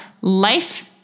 life